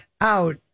out